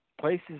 places